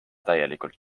täielikult